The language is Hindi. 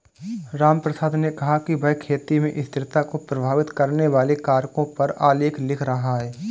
रामप्रसाद ने कहा कि वह खेती में स्थिरता को प्रभावित करने वाले कारकों पर आलेख लिख रहा है